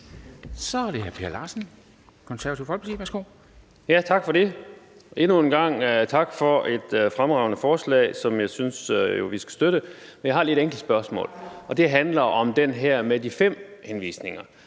Så er det hr. Per Larsen, Det Konservative Folkeparti. Værsgo. Kl. 11:27 Per Larsen (KF): Tak for det. Endnu en gang tak for et fremragende forslag, som jeg synes vi skal støtte. Jeg har lige et enkelt spørgsmål, og det handler om det her med de fem henvisninger.